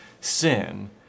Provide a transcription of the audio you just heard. sin